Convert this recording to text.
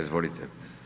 Izvolite.